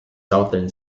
southern